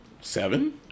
Seven